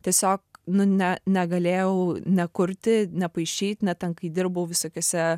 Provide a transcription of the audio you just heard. tiesiog nu ne negalėjau nekurti nepaišyt net ten kai dirbau visokiose